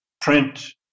print